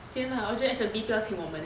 same lah 我觉得 F&B 不要请我们 eh